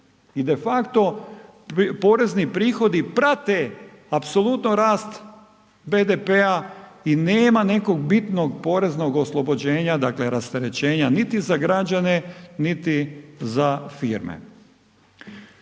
i de facto porezni prihodi prate apsolutno rast BDP-a i nema nekog bitnog poreznog oslobođenja, dakle rasterećenja niti za građane, niti za firme.